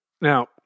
Now